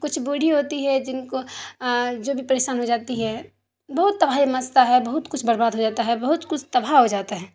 کچھ بوڑھی ہوتی ہے جن کو جو بھی پریشان ہو جاتی ہے بہت تباہی مچتا ہے بہت کچھ برباد ہو جاتا ہے بہت کچھ تباہ ہو جاتا ہے